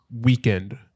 weekend